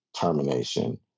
termination